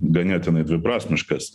ganėtinai dviprasmiškas